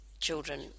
children